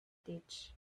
ditch